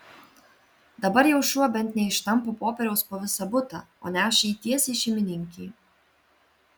dabar jau šuo bent neištampo popieriaus po visą butą o neša jį tiesiai šeimininkei